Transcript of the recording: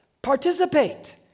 participate